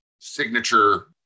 signature